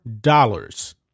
dollars